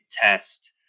test